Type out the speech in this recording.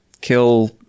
kill